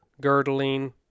girdling